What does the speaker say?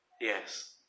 Yes